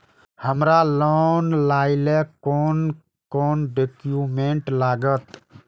हमरा लोन लाइले कोन कोन डॉक्यूमेंट लागत?